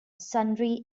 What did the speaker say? sundry